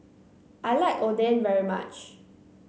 I like Oden very much